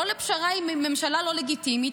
לא לפשרה עם ממשלה לא לגיטימית.